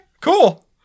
cool